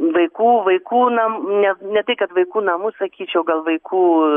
vaikų vaikų na ne ne tai kad vaikų namus sakyčiau gal vaikų